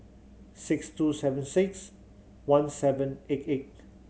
six two seven six one seven eight eight